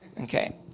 Okay